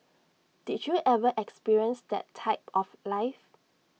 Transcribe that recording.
did you ever experience that type of life